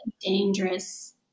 dangerous